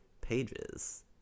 Pages